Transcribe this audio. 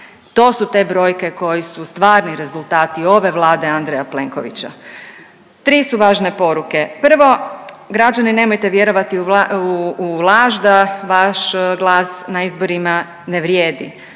To su te brojke koji su stvarni rezultati ove Vlade Andreja Plenkovića. Tri su važne poruke, prvo građani nemojte vjerovati u laž da vaš glas na izborima ne vrijedi,